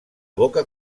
boca